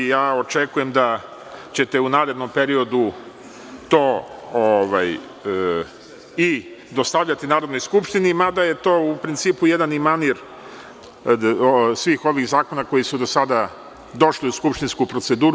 Očekujem da ćete u narednom periodu to dostavljati i Narodnoj skupštini, mada je to u principu jedan manir svih ovih zakona koji su do sada došli u skupštinsku proceduru.